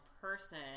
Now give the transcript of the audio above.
person